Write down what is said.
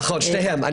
נכון, שניהם.